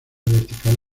vertical